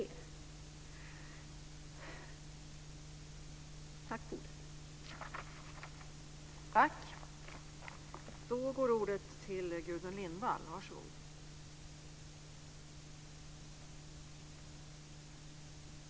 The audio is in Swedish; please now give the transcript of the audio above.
Tack för ordet.